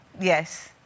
Yes